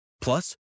Plus